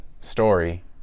story